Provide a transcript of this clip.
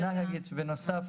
אני רק אגיד שבנוסף